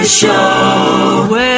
show